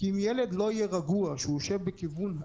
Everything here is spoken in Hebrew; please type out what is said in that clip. אם ילד לא יהיה רגוע כשהוא יושב הפוך